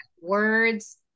words